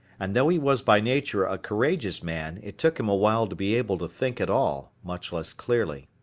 and though he was by nature a courageous man it took him a while to be able to think at all, much less clearly.